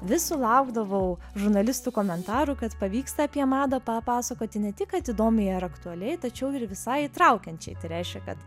vis sulaukdavau žurnalistų komentarų kad pavyksta apie madą papasakoti ne tik kad įdomiai ar aktualiai tačiau ir visai įtraukiančiai tai reiškia kad